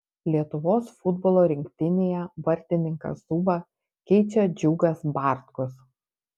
lietuvos futbolo rinktinėje vartininką zubą keičia džiugas bartkus